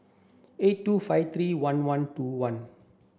eight two five three one one two one